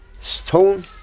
stone